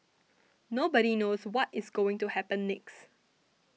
nobody knows what is going to happen next